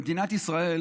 במדינת ישראל